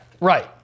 right